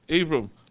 Abram